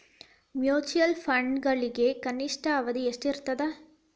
mutual ಫಂಡ್ಗಳಿಗೆ ಕನಿಷ್ಠ ಅವಧಿ ಎಷ್ಟಿರತದ